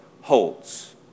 holds